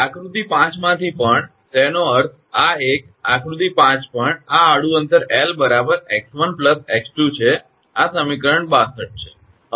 આકૃતિ 5 માંથી પણ તેનો અર્થ આ એક આકૃતિ 5 પણ આ આડું અંતર 𝐿 𝑥1 𝑥2 છે આ સમીકરણ 62 છે